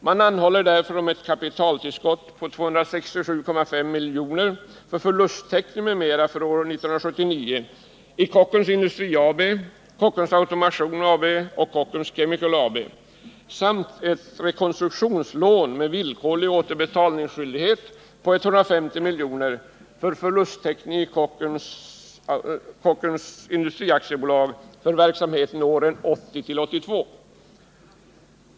Man anhåller därför om ett kapitaltillskott på 267,5 miljoner för förlusttäckning m.m. för år 1979 i Kockums Industri AB, Kockums Automation AB och Kockums Chemical AB samt ett rekonstruktionslån med villkorlig återbetalningsskyldighet på 150 miljoner för förlusttäckning i Kockums Industri AB för verksamheten åren 1980-1982.